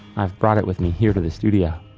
i've brought it with me here to the studio.